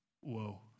Whoa